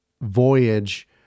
Voyage